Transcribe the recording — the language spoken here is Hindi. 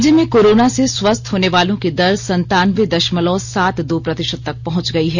राज्य में कोरोना से स्वस्थ होने वालों की दर संतानबे दशमलव सात दो प्रतिशत तक पहंच गई है